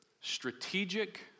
strategic